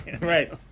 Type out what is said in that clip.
Right